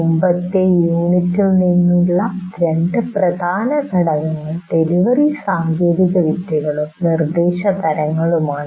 മുമ്പത്തെ യൂണിറ്റിൽ നിന്നുള്ള രണ്ട് പ്രധാന ഘടകങ്ങൾ ഡെലിവറി സാങ്കേതികവിദ്യകളും നിർദ്ദേശ തരങ്ങളുമാണ്